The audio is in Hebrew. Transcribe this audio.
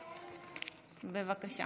בבקשה.